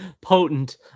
potent